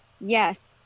Yes